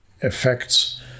effects